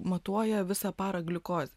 matuoja visą parą gliukozę